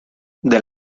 del